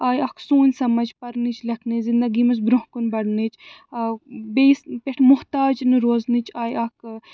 آے اکھ سوٗنٛچ سمجھ پرنٕچ لیکھنٕچ زندگی منٛز برٛونٛہہ کُن بڑنٕچ آو بیٚیِس پٮ۪ٹھ محتاج نہٕ روزنٕچ آیہِ اکھ